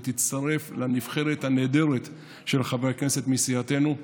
ותצטרף לנבחרת הנהדרת של חברי הכנסת מסיעתנו,